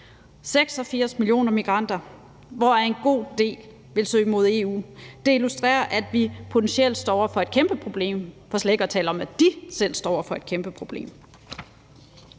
86 millioner migranter, hvoraf en god del vil søge mod EU, illustrerer, at vi potentielt står over for et kæmpeproblem, for slet ikke at tale om, at de selv står over for et kæmpeproblem.